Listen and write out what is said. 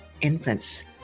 infants